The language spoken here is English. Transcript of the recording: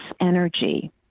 energy